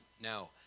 Now